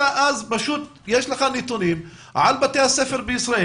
אז יש לך נתונים על בתי הספר בישראל.